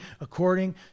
according